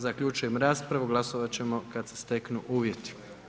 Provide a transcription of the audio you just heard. Zaključujem raspravu, glasovat ćemo kad se steknu uvjeti.